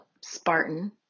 Spartan